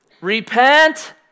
Repent